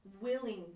willing